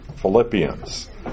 Philippians